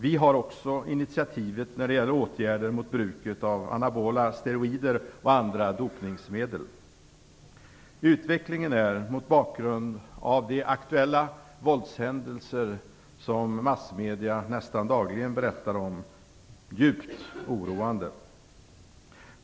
Vi har också initiativet när det gäller åtgärder mot bruket av anabola steroider och andra dopningsmedel. Utvecklingen är, mot bakgrund av de aktuella våldshändelser som massmedierna nästan dagligen berättar om, djupt oroande.